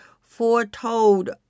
foretold